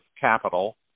capital